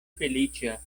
feliĉa